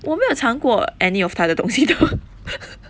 我没有尝过 any of 它的东西 though